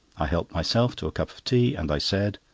i helped myself to a cup of tea, and i said,